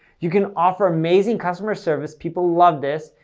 you can offer amazing customer service. people love this.